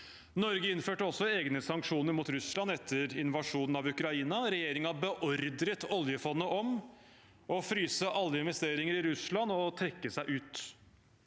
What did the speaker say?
Norge innførte også egne sanksjoner mot Russland etter invasjonen av Ukraina. Regjeringen beordret oljefondet til å fryse alle investeringer i Russland og trekke seg ut.